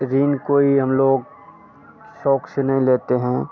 ऋण कोई हम लोग शौक से नहीं लेते हैं